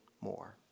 more